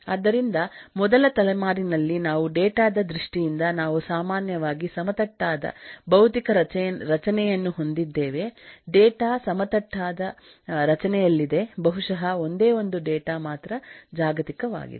ಆದ್ದರಿಂದಮೊದಲ ತಲೆಮಾರಿನಲ್ಲಿ ನಾವು ಡೇಟಾ ದ ದೃಷ್ಟಿಯಿಂದ ನಾವು ಸಾಮಾನ್ಯವಾಗಿ ಸಮತಟ್ಟಾದ ಭೌತಿಕ ರಚನೆಯನ್ನು ಹೊಂದಿದ್ದೇವೆ ಡೇಟಾ ಸಮತಟ್ಟಾದ ರಚನೆಯಲ್ಲಿದೆ ಬಹುಶಃ ಒಂದೇ ಒಂದು ಡೇಟಾ ಮಾತ್ರ ಜಾಗತಿಕವಾಗಿದೆ